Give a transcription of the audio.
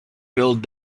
build